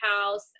house